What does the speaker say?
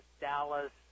Dallas